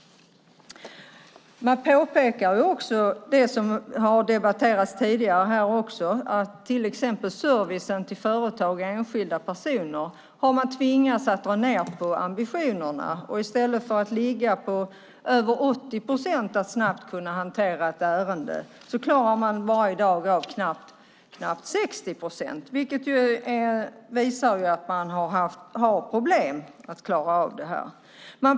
Man påpekar också det som har debatterats här tidigare, nämligen att man har tvingats dra ned på ambitionerna i servicen till företag och enskilda personer. I stället för att ligga på över 80 procent i att snabbt kunna hantera ett ärende klarar man i dag knappt 60 procent. Det visar att man har problem.